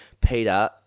Peter